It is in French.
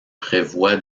prévoient